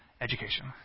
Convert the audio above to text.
education